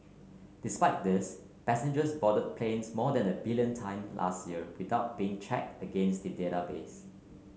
despite this passengers boarded planes more than a billion time last year without being check against the database